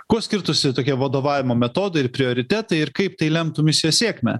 kuo skirtųsi tokie vadovavimo metodai ir prioritetai ir kaip tai lemtų misijos sėkmę